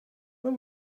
when